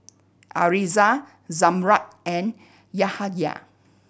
Arissa Zamrud and Yahaya